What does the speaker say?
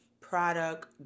product